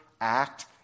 act